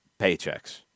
paychecks